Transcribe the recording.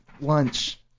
lunch